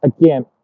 Again